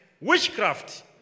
Witchcraft